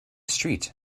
street